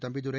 Thambidurai